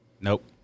Nope